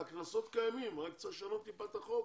הקנסות קיימים אלא שצריך לשנות מעט את החוק